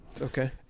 Okay